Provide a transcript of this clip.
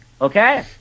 Okay